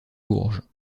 bourges